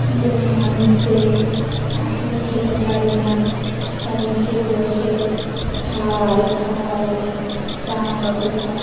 গরিব মানুষদের আসলে খেতে পারি না তাদেরকে বসে খাওয়ায় খাওয়ায় জামা কাপড় দেয়